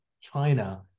China